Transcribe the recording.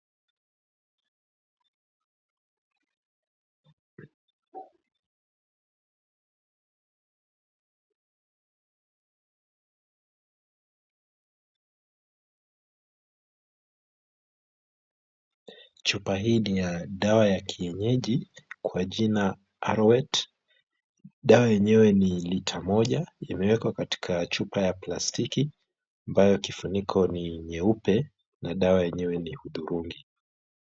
Chupa hii ni ya dawa ya kienyeji, kwa jina Arorwet. Dawa yenyewe ni lita moja, imewekwa katika chupa ya plastiki ambayo kifuniko ni nyeupe na dawa yenyewe ni hudhurungi.